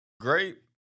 great